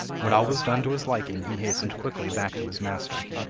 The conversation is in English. when all was done to his liking he hastened quickly back to his master.